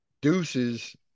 deuces